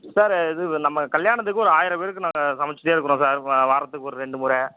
sir இது நம்ம கல்யாணத்துக்கு ஒரு ஆயிரம் பேருக்கு நாங்கள் சமச்சிகிட்டே இருக்கணும் சார் வாரத்துக்கு ஒரு ரெண்டு முறை